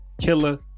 Killer